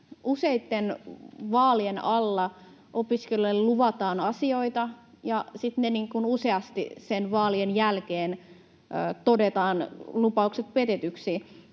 useitten vaalien alla opiskelijoille luvataan asioita ja sitten useasti vaalien jälkeen todetaan lupaukset petetyiksi.